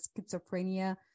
schizophrenia